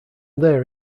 there